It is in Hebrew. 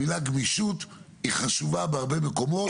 המילה גמישות חשובה בהרבה מקומות.